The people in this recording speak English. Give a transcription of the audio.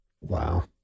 Wow